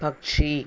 പക്ഷി